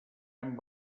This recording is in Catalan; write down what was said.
amb